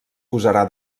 posarà